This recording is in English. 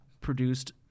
produced